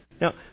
Now